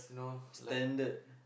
standard